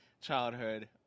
Childhood